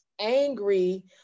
angry